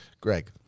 Greg